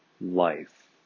life